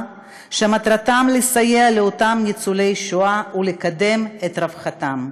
שמטרתם לסייע לאותם ניצולי שואה ולקדם את רווחתם.